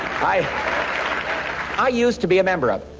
i. i used to be a member of